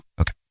Okay